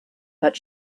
but